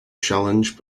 challenge